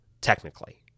technically